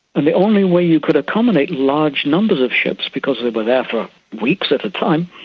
and the only way you could accommodate large numbers of ships, because they were there for weeks at a time,